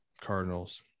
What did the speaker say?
Cardinals